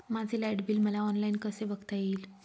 माझे light bill मला online कसे बघता येईल?